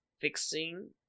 fixing